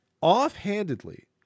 offhandedly